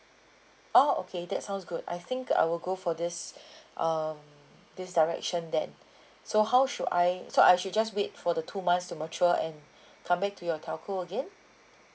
oh okay that sounds good I think I will go for this um this direction then so how should I so I should just wait for the two months to mature and come back to your telco again